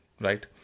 right